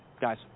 guys